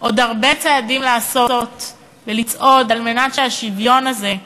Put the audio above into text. עוד הרבה צעדים לעשות ולצעוד כדי שהשוויון הזה,